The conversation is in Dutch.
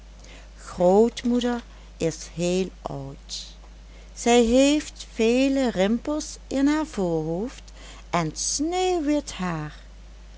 grootmoeder is heel oud zij heeft vele rimpels in haar voorhoofd en sneeuwwit haar